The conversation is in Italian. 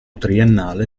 triennale